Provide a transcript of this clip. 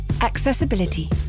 Accessibility